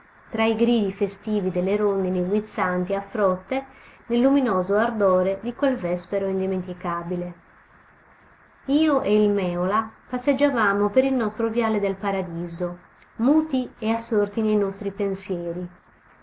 tra i gridi festivi delle rondini guizzanti a frotte nel luminoso ardore di quel vespero indimenticabile io e il mèola passeggiavamo per il nostro viale del paradiso muti e assorti nei nostri pensieri